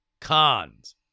Cons